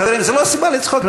חברים, זו לא סיבה לצחוק.